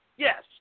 Yes